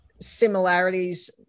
similarities